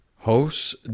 Hosts